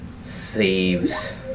saves